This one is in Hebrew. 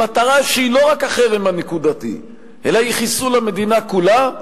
למטרה שהיא לא רק החרם הנקודתי אלא היא חיסול המדינה כולה,